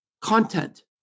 Content